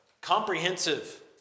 comprehensive